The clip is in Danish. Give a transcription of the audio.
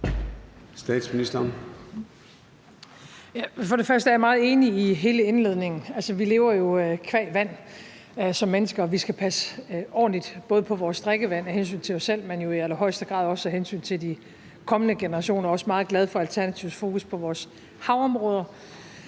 Først vil jeg sige, at jeg er meget enig i hele indledningen. Altså, vi lever jo som mennesker qua vand, og vi skal passe ordentligt på vores drikkevand, både af hensyn til os selv, men jo i allerhøjeste grad også af hensyn til de kommende generationer. Og jeg er også meget glad for Alternativets fokus på vores havområder